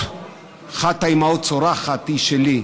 שאחת האימהות צורחת "הוא שלי",